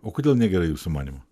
o kodėl negerai jūsų manymu